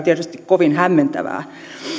tietysti kovin hämmentävää